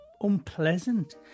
unpleasant